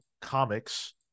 Comics